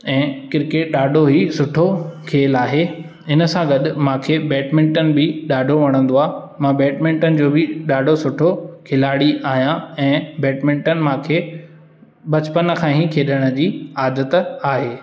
ऐं क्रिकेट ॾाढो ई सुठो खेल आहे हिन सां गॾु मूंखे बैडमिंटन बि ॾाढो वणंदो आहे मां बैडमिंटन जो बि ॾाढो सुठो खिलाड़ी आहियां ऐं बैडमिंटन मूंखे बचपन खां ई खेॾण जी आदत आहे